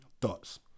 Thoughts